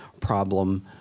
problem